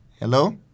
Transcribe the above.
Hello